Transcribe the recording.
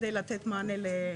על מנת לתת מענה --- אבל,